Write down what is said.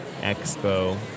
expo